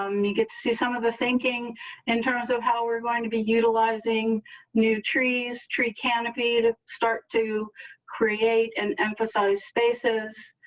um you get to see some of the thinking in terms of how we're going to be utilizing new trees tree canopy to start to create and emphasize spaces.